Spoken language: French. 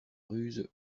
ruse